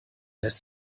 lässt